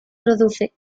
produce